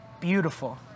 beautiful